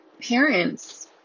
parents